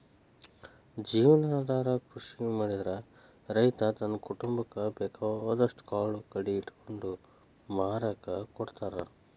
ಜೇವನಾಧಾರ ಕೃಷಿ ಮಾಡಿದ್ರ ರೈತ ತನ್ನ ಕುಟುಂಬಕ್ಕ ಬೇಕಾದಷ್ಟ್ ಕಾಳು ಕಡಿ ಇಟ್ಕೊಂಡು ಮಾರಾಕ ಕೊಡ್ತಾರ